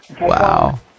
Wow